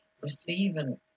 receiving